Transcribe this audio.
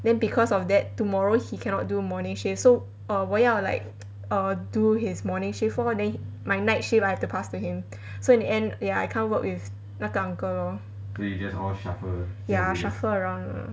then because of that tomorrow he cannot do morning shift so err 我要 like err do his morning shift lor then my night I like pass to him so in the end ya I can't work with 那个 uncle lor ya shuffle around lah